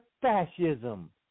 fascism